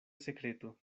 sekreto